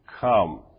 come